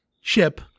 ship